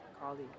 Colleague